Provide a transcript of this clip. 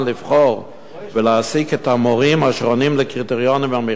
ולהעסיק את המורים אשר עונים על הקריטריונים במכרז,